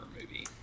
movie